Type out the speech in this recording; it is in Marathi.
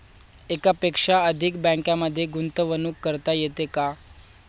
एकापेक्षा अधिक बँकांमध्ये गुंतवणूक करता येते का?